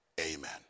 amen